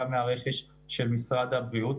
גם מהרכש של משרד הבריאות.